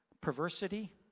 Perversity